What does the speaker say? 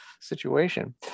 situation